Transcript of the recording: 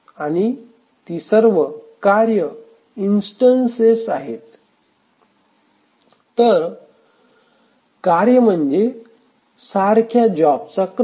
आणि ती सर्व कार्य इंस्टन्सेस आहेत तर कार्य म्हणजे सारख्या जॉब चा क्रम